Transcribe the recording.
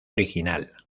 original